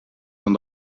van